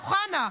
אוחנה,